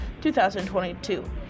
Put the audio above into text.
2022